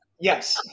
Yes